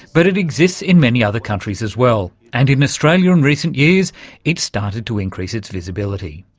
but it exists in many other countries as well. and in australia in recent years it's started to increase its visibility.